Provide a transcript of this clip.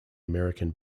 american